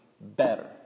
better